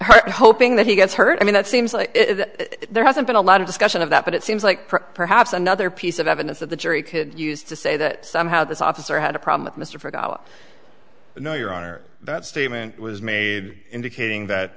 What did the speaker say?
hoping that he gets hurt i mean that seems like there hasn't been a lot of discussion of that but it seems like perhaps another piece of evidence that the jury could use to say that somehow this officer had a problem with mr forgot you know your honor that statement was made indicating that